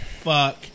fuck